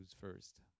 first